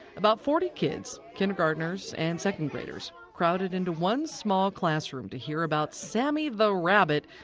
about forty kids, kindergarteners and second graders, crowded into one small classroom to hear about sammy the rabbit,